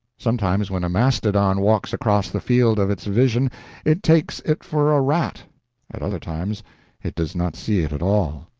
sometimes when a mastodon walks across the field of its vision it takes it for a rat at other times it does not see it at all.